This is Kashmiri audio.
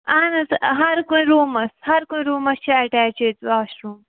اہن حظ ہَر کُنہِ روٗمَس ہَر کُنہِ روٗمَس چھِ اَٹیچ ییٚتہِ واشروٗم